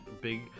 big